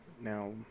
Now